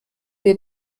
wir